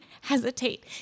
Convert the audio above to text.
hesitate